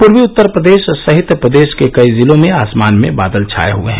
पूर्वी उत्तर प्रदेश सहित प्रदेश के कई जिलों में आसमान में बादल छाये हुये हैं